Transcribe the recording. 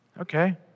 Okay